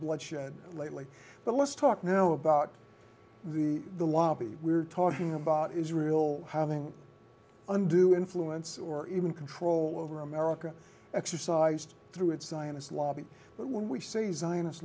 bloodshed lately but let's talk now about the the lobby we're talking about israel having undue influence or even control over america exercised through its zionist lobby but when we see the sinus